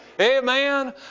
Amen